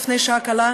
לפני שעה קלה,